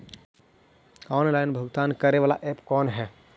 Online भुगतान करे बाला ऐप कौन है?